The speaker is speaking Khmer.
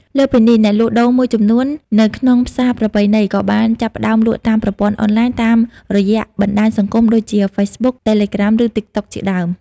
លើសពីនេះ អ្នកលក់ដូរមួយចំនួននៅក្នុងផ្សារប្រពៃណីក៏បានចាប់ផ្តើមលក់តាមប្រព័ន្ធអនឡាញ តាមរយៈបណ្តាញសង្គមដូចជា Facebook, Telegram ឬ TikTok ជាដើម។